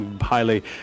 highly